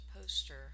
poster